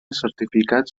certificats